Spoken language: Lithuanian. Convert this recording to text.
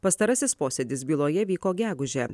pastarasis posėdis byloje vyko gegužę